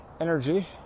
energy